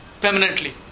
permanently